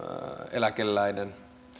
eläkeläinen